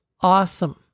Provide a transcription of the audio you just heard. awesome